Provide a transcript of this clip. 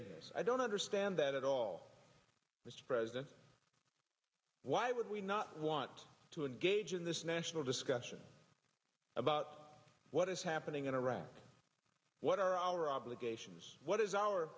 g i don't understand that at all mr president why would we not want to engage in this national discussion about what is happening in iraq what are our obligations what is our